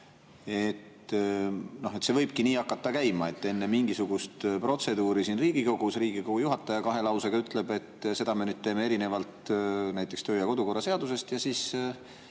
see võibki nii hakata käima, et enne mingisugust protseduuri siin Riigikogus Riigikogu juhataja kahe lausega ütleb, et seda me teeme erinevalt näiteks töö- ja kodukorra seadusest, ja siis